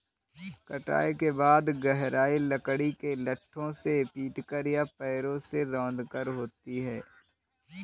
कटाई के बाद गहराई लकड़ी के लट्ठों से पीटकर या पैरों से रौंदकर होती है